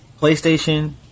PlayStation